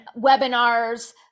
webinars